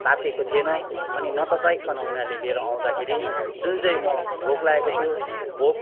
तातिएको थिएन अनि नतताइकन उनीहरूले लिएर आउँदाखेरि जुन चाहिँ म भोक लागेको थियो भोक